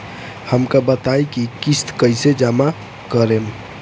हम का बताई की किस्त कईसे जमा करेम?